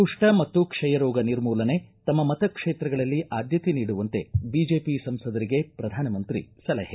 ಕುಷ್ಟ ಮತ್ತು ಕ್ಷಯ ರೋಗ ನಿರ್ಮೂಲನೆ ತಮ್ಮ ಮತಕ್ಷೇತ್ರಗಳಲ್ಲಿ ಆದ್ಯತೆ ನೀಡುವಂತೆ ಬಿಜೆಪಿ ಸಂಸದರಿಗೆ ಪ್ರಧಾನಮಂತ್ರಿ ಸಲಹೆ